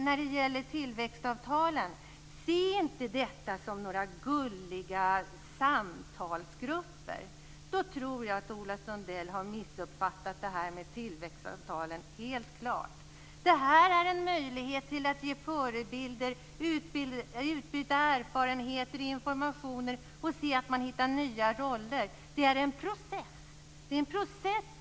När det gäller tillväxtavtalen är det inte fråga om att här se gulliga samtalsgrupper - i så fall har Ola Sundell helt klart missuppfattat tillväxtavtalen. Här finns en möjlighet att ge förebilder och att utbyta erfarenheter och information - att se att man hittar nya roller. Det är fråga om en process.